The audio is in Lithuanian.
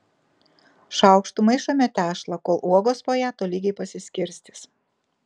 šaukštu maišome tešlą kol uogos po ją tolygiai pasiskirstys